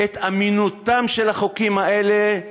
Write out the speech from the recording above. את אמינותם של החוקים האלה?